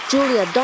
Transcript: Julia